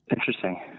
Interesting